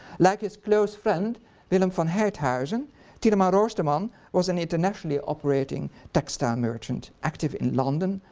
like his close friend willem van heythuysen tieleman roosterman was an internationally operating textile merchant active in london,